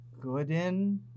Gooden